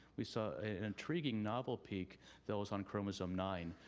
we saw an intriguing novel peak that was on chromosome nine,